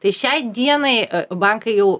tai šiai dienai bankai jau